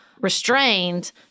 restrained